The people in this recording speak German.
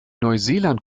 neuseeland